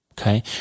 Okay